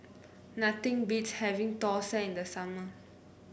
nothing beats having thosai in the summer